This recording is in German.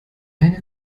eine